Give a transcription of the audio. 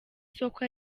isoko